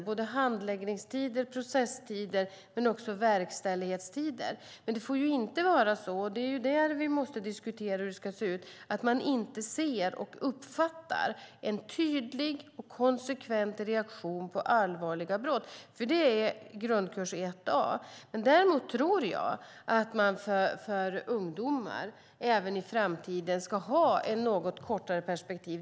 Det gäller handläggningstider, processtider och också verkställighetstider. Vi måste diskutera hur det ska se ut. Det får inte vara så att man inte ser och uppfattar en tydlig och konsekvent reaktion på allvarliga brott. Det är grundkurs 1 a. Däremot tror jag att man för ungdomar även i framtiden ska ha ett något kortare perspektiv.